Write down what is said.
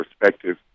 perspective